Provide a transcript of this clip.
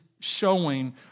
showing